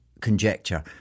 conjecture